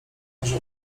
może